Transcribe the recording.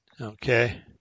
Okay